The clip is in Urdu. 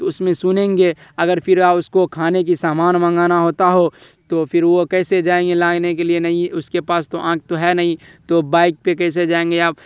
تو اس میں سنیں گے اگر پھر اس کو کھانے کی سامان منگانا ہوتا ہو تو پھر وہ کیسے جائیں گے لانے کے لیے نہیں اس کے پاس تو آنکھ تو ہے نہیں تو وہ بائک پہ کیسے جائیں گے آپ